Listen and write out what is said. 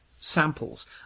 samples